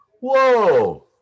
Whoa